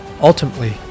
ultimately